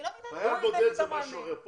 חייל בודד זה משהו אחר.